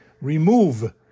Remove